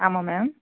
ஆமாம் மேம்